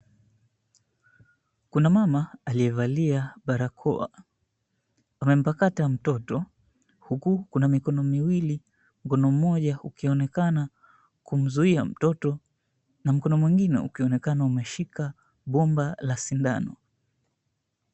Kuna mama aliyevalia barakoa. Amempakata mtoto huku kuna mikono miwili, mkono mmoja ukionekana kumzuia mtoto na mkono mwingine ukionekana umeshika gumba la sindano.